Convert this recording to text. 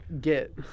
get